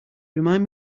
remind